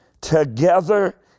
together